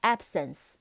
Absence